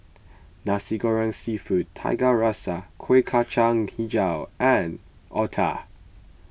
Nasi Goreng Seafood Tiga Rasa Kueh Kacang HiJau and Otah